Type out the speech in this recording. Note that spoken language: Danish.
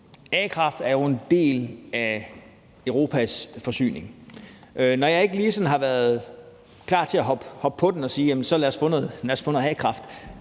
a-kraft er en del af Europas forsyning. Når jeg ikke sådan lige har været klar til at hoppe på den vogn og sige, at vi skal have noget a-kraft,